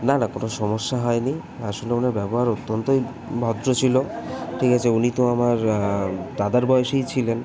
না না কোনো সমস্যা হয় নি আসলে ওনার ব্যবহার অত্যন্তই ভদ্র ছিলো ঠিক আছে উনি তো আমার দাদার বয়সই ছিলেন